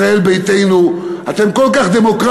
ישראל ביתנו: אתם כל כך דמוקרטים,